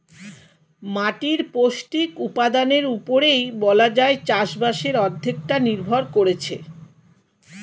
মাটির পৌষ্টিক উপাদানের উপরেই বলা যায় চাষবাসের অর্ধেকটা নির্ভর করছে